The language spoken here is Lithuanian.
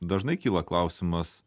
dažnai kyla klausimas